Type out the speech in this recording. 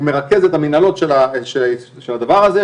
הוא מרכז את המִנהלות של הדבר הזה,